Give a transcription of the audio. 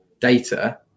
data